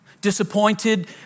Disappointed